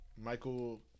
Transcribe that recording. Michael